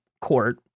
court